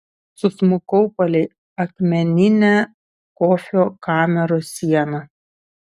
susmukau palei akmeninę kofio kameros sieną